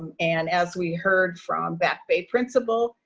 um and as we heard from back bay principal,